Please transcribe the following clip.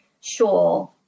sure